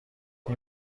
این